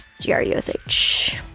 G-R-U-S-H